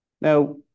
Now